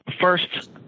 First